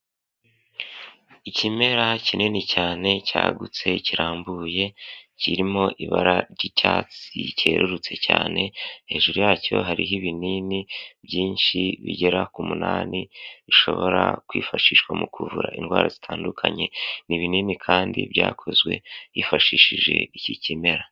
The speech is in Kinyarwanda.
Ikimera kinini cyane cyagutse kirambuye, kirimo ibara ry'icyatsi cyerurutse cyane, hejuru yacyo hariho ibinini byinshi bigera ku munani bishobora kwifashishwa mu kuvura indwara zitandukanye, ni ibinini kandi byakozwe hifashishije iki kimera.